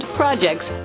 projects